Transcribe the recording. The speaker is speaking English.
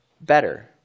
better